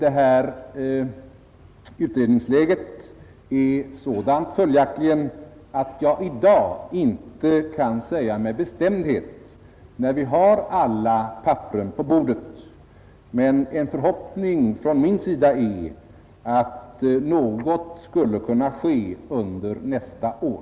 Utredningsläget är följaktligen sådant att jag i dag inte kan säga med bestämdhet när vi har alla papperen på bordet, men en förhoppning från min sida är att något skall kunna ske under nästa år.